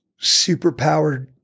superpowered